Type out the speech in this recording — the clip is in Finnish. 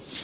sen